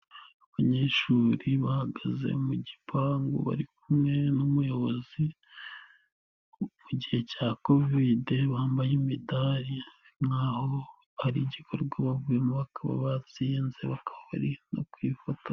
Abanyeshuri bahagaze mu gipangu bari kumwe n'umuyobozi mu gihe cya kovide bambaye imidari nk'aho hari igikorwa bavuyemo bakaba batsinze bakaba bari no kwifotoza.